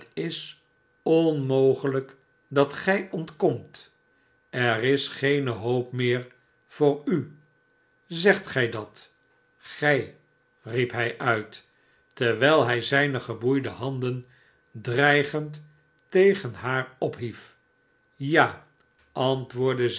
is onmogelijk dat gij ontkomt er is geene hoop meer voor u zegt gij dat gij riep hij uit terwijl hij zijne geboeide handen dreigend tegen haar ophief ja antwoordde